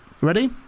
Ready